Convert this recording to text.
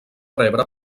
rebre